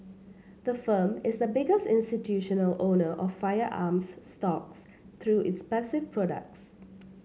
the firm is the biggest institutional owner of firearms stocks through its passive products